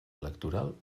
electoral